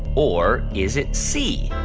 or is it c,